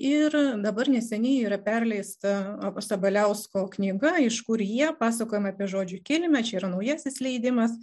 ir dabar neseniai yra perleista sabaliausko knyga iš kur jie pasakojama apie žodžių kilmę čia yra naujasis leidimas